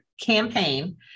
campaign